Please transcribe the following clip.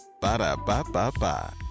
Ba-da-ba-ba-ba